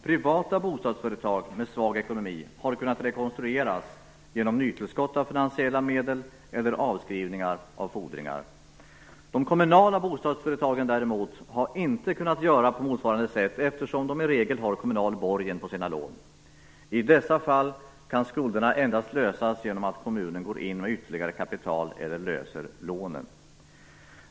Privata bostadsföretag med svag ekonomi har kunnat rekonstrueras genom nytillskott av finansiella medel eller avskrivningar av fordringar. De kommunala bostadsföretagen däremot har inte kunnat göra på motsvarande sätt eftersom de i regel har kommunal borgen på sina lån. I dessa fall kan skulderna endast lösas genom att kommunen går in med ytterligare kapital eller löser lånen.